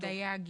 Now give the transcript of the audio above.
דייגי,